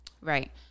Right